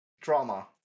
drama